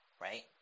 right